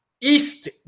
East